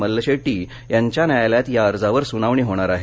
मल्लशेट्टी यांच्या न्यायालयात या अर्जावर सुनावणी होणार आहे